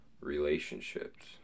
Relationships